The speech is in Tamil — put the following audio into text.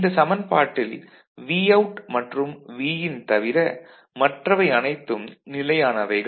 இந்த சமன்பாட்டில் Vout மற்றும் Vin தவிர மற்றவை அனைத்தும் நிலையானவைகள்